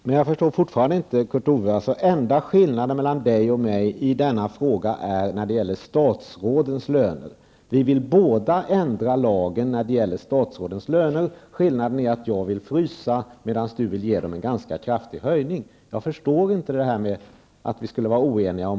Herr talman! Jag förstår fortfarande inte Kurt Ove Johanssons resonemang. Den enda skillnaden mellan Kurt Ove Johansson och mig i denna fråga är våra åsikter om statsrådens löner. Vi vill både ändra lagen när det gäller statsrådens löner. Skillnaden är att jag vill frysa, medan Kurt Ove Johansson vill ge statsråden en ganska kraftig höjning. Jag förstår inte att vi skulle vara oeniga om